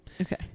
Okay